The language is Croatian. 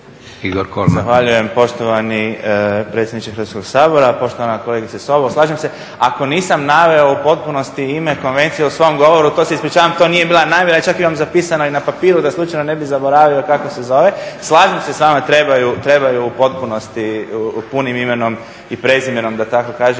Igor (HNS)** Zahvaljujem poštovani predsjedniče Hrvatskog sabora. Poštovana kolegice Sobol, slažem se, ako nisam naveo u potpunosti ime konvencije u svom govoru to se ispričavam, to nije bila namjera. Čak imamo zapisano i na papiru da slučajno ne bih zaboravio kako se zove. Slažem se, treba ju u potpunosti punim imenom i prezimenom da tako kažem